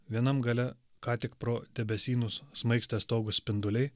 vienam gale ką tik pro debesynus smaigstė stogus spinduliai